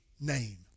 name